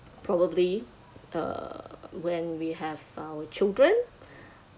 probably uh when we have our children